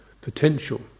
potential